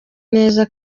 neza